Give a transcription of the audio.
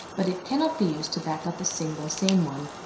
but it cannot be used to back up a single sane one.